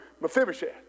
Mephibosheth